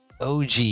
OG